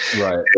Right